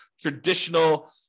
traditional